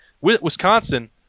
Wisconsin